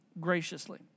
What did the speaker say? graciously